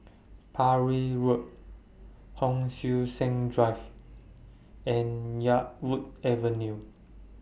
Parry Road Hon Sui Sen Drive and Yarwood Avenue